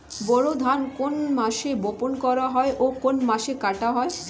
বোরো ধান কোন মাসে বপন করা হয় ও কোন মাসে কাটা হয়?